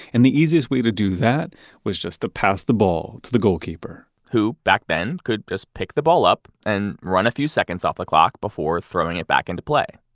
and the easiest way to do that was just to pass the ball to the goalkeeper who, back then, could just pick the ball up and run a few seconds off the clock before throwing it back into play.